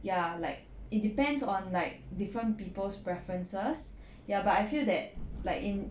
ya like it depends on like different people's preferences ya but I feel that like in